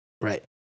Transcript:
Right